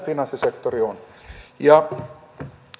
finanssisektori on